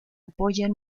apoyan